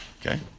Okay